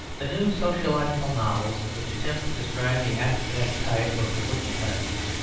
the new sociological novels, which attempt to describe the abstract type of the working-classes,